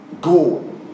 Go